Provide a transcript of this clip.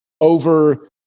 over